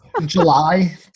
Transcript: July